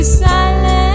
silent